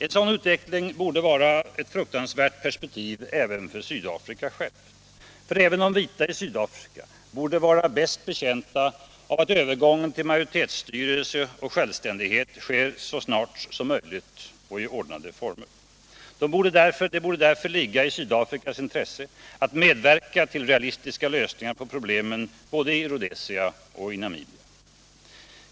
En sådan utveckling borde vara ett fruktansvärt perspektiv också för Sydafrika självt. Även de vita i Sydafrika borde vara bäst betjänta av att övergången till majoritetsstyre och självständighet sker snarast och i så ordnade former som möjligt. Det borde därför ligga i Sydafrikas intresse att medverka till realistiska lösningar på problemen i såväl Rhodesia som Namibia.